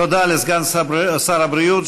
תודה לסגן שר הבריאות.